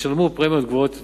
ישלמו פרמיות גבוהות יותר.